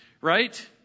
right